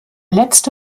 letzte